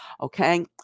okay